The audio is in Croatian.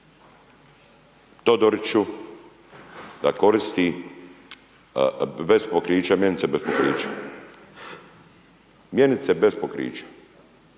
Todoriću da koristi bez pokrića mjenice, bez pokrića, mjenice bez pokrića,